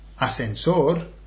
ascensor